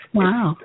wow